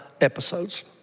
episodes